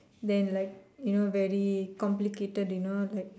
then like you know very complicated you know like